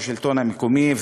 יושב-ראש מרכז השלטון המקומי,